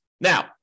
Now